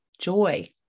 Joy